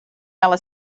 ela